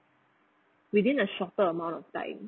within a shorter amount of time